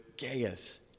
Gaius